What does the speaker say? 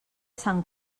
sant